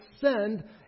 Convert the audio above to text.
send